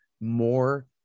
more –